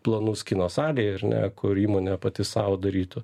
planus kino salei ar ne kur įmonė pati sau darytų